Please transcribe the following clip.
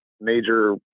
major